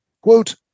quote